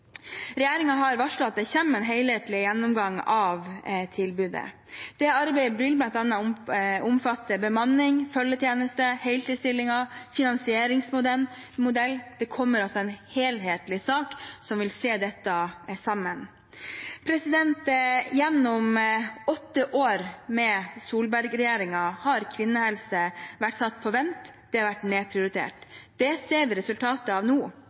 har varslet at det kommer en helhetlig gjennomgang av tilbudet. Det arbeidet vil bl.a. omfatte bemanning, følgetjeneste, heltidsstillinger og finansieringsmodell. Det kommer altså en helhetlig sak som vil se dette sammen. Gjennom åtte år med Solberg-regjeringen har kvinnehelse vært satt på vent, det har vært nedprioritert. Det ser vi resultatet av nå.